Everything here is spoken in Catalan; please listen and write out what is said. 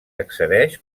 accedeix